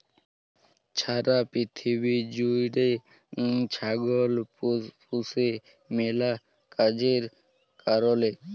ছারা পিথিবী জ্যুইড়ে ছাগল পুষে ম্যালা কাজের কারলে